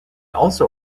also